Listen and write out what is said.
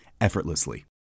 effortlessly